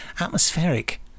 atmospheric